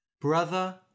Brother